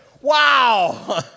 Wow